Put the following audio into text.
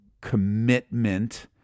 commitment